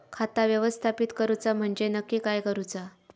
खाता व्यवस्थापित करूचा म्हणजे नक्की काय करूचा?